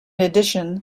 addition